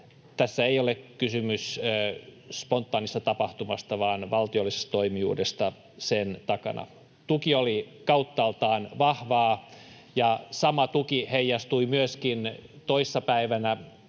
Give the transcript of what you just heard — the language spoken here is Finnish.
tässä ei ole kysymys spontaanista tapahtumasta, vaan valtiollisesta toimijuudesta sen takana. Tuki oli kauttaaltaan vahvaa, ja sama tuki heijastui myöskin toissa päivänä